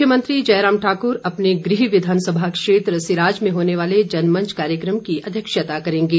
मुख्यमंत्री जयराम ठाकुर अपने गृह विधानसभा क्षेत्र सिराज में होने वाले जनमंच कार्यक्रम की अध्यक्षता करेंगे